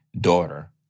daughter